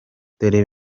dore